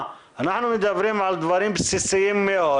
מדברים על דברים בסיסיים מאוד